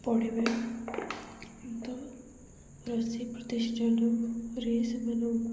ପଢ଼ିବେ କିନ୍ତୁ ରୋଷେଇ ପ୍ରତିଷ୍ଠାନରେ ସେମାନଙ୍କୁ